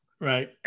Right